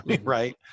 right